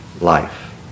life